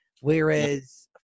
whereas